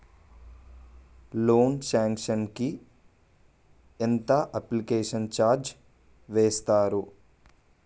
Loan sanction కి ఎంత application charge వేస్తారు?